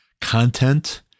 content